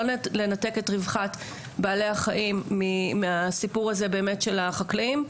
לא לנתק את רווחת בעלי החיים מהסיפור הזה של החקלאים.